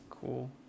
cool